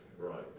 right